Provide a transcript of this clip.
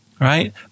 right